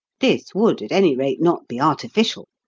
this would at any rate not be artificial.